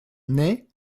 ney